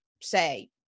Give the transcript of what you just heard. say